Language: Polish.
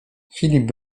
filip